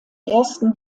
ersten